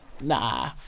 Nah